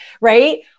right